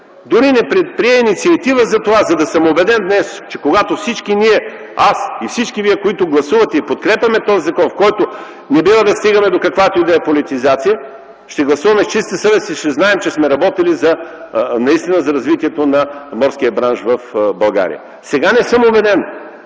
дори не предприе инициатива за това, за да съм убеден днес, че когато всички ние – аз и всички вие, които гласуваме и подкрепяме този закон, в който не бива да стигаме до каквато и да е политизация, ще гласуваме с чиста съвест и ще знаем, че сме работили наистина за развитието на морския бранш в България. Сега не съм убеден!